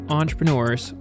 entrepreneurs